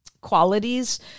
qualities